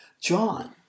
John